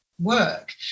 work